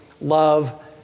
love